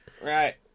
Right